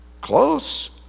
Close